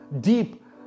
Deep